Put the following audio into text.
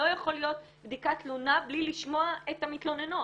לא יכולה להיות בדיקת תלונה בלי לשמוע את המתלוננות,